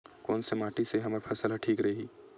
कोन से माटी से हमर फसल ह ठीक रही?